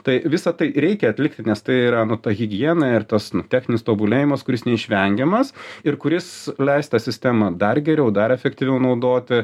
tai visa tai reikia atlikti nes tai yra ta higiena ir tas techninis tobulėjimas kuris neišvengiamas ir kuris leis tą sistemą dar geriau dar efektyviau naudoti